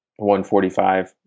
145